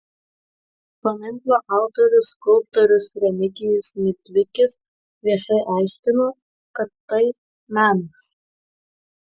paminklo autorius skulptorius remigijus midvikis viešai aiškino kad tai menas